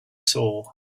saw